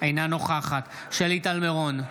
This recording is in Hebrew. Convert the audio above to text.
אינה נוכחת שלי טל מירון,